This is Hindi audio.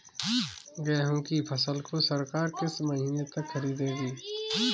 गेहूँ की फसल को सरकार किस महीने तक खरीदेगी?